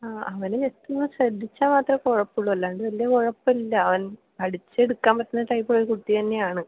മ് അവന് ജസ്റ്റ് ഒന്ന് ശ്രദ്ധിച്ചാൽ മാത്രമേ കുഴപ്പമുള്ളൂ അല്ലാണ്ട് വലിയ കുഴപ്പമില്ല അവൻ പഠിച്ചെടുക്കാൻ പറ്റുന്ന ടൈപ്പ് ഒരു കുട്ടി തന്നെയാണ്